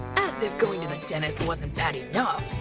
as if going to the dentist wasn't bad enough!